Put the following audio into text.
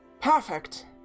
Perfect